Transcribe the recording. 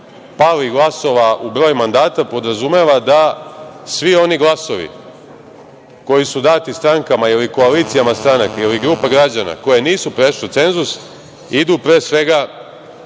palih glasova u broju mandata podrazumeva da svi oni glasovi koji su dati strankama ili koalicijama stranaka ili grupa građana koje nisu prešle cenzus, idu pre svega